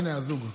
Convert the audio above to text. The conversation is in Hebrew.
הינה הזוג,